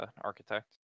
architect